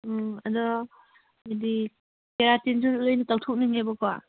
ꯑꯗꯣ ꯍꯥꯏꯗꯤ ꯀꯦꯔꯥꯇꯤꯟꯁꯨ ꯂꯣꯏꯅ ꯇꯧꯊꯣꯅꯤꯡꯉꯦꯕꯀꯣ